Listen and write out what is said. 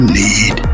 need